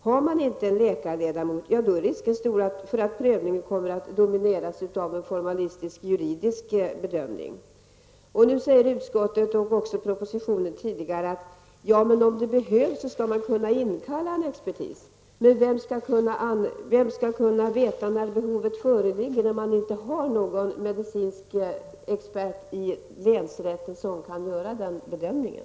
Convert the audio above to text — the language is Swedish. Har man inte en läkarledamot är risken stor för att prövningen kommer att domineras av en formalistisk juridisk bedömning. Nu säger utskottet, och även propositionen tidigare, att om det behövs skall man kunna inkalla expertis. Men vem skall veta när behovet föreligger, när man inte har någon medicinsk expert i länsrätten som kan göra den bedömningen?